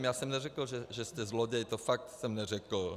Já jsem neřekl, že jste zloděj, to fakt jsem neřekl.